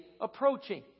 approaching